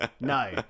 no